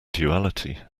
duality